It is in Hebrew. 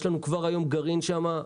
יש לנו כבר היום גרעין שם.